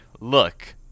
Look